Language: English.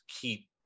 keep